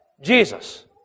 Jesus